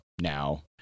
now